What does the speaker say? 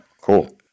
cool